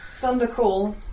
Thundercall